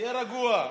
תהיה רגוע.